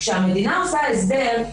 כאשר המדינה עושה הסדר,